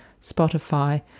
Spotify